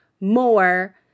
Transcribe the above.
more